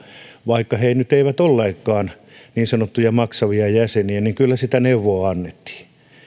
vaikka he nyt eivät olleetkaan niin sanottuja maksavia jäseniä niin kyllä sitä neuvoa annettiin